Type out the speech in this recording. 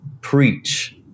preach